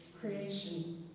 creation